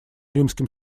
римским